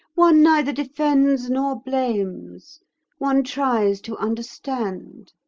one neither defends nor blames one tries to understand